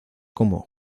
como